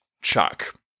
Chuck